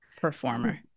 performer